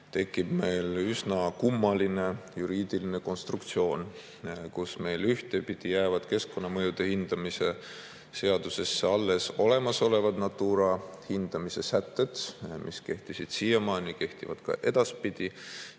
tekib meil üsna kummaline juriidiline konstruktsioon. Meil ühtepidi jäävad keskkonnamõjude hindamise seadusesse alles olemasolevad Natura hindamise sätted, mis kehtisid siiamaani ja kehtivad ka edaspidi,